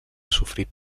sofrir